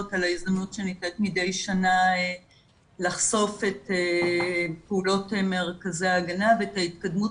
על ההזדמנות שנקרית מדי שנה לחשוף את פעולות מרכזי ההגנה ואת ההתקדמות